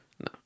No